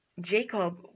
Jacob